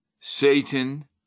Satan